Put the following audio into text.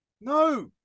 No